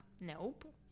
Nope